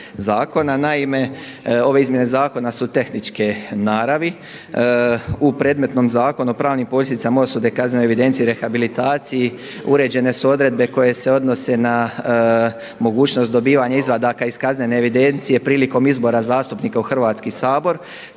Naime, ove izmjene zakona su tehničke naravi. U predmetnom Zakonu o pravnim posljedicama osude, kaznene evidencije i rehabilitaciji uređene su odredbe koje se odnose na mogućnost dobivanja izvadaka iz kaznene evidencije prilikom izbora zastupnika u Hrvatski sabor.